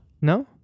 No